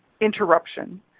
interruption